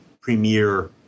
premier